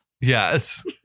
Yes